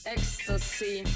Ecstasy